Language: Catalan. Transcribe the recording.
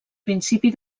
principi